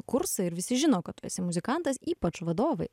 kursą ir visi žino kad tu esi muzikantas ypač vadovai